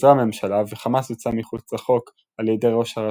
פוזרה הממשלה וחמאס הוצא מחוץ לחוק על ידי ראש הרשות,